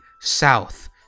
South